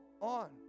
on